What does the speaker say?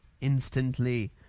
instantly